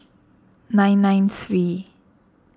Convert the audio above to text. nine nine three